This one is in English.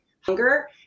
hunger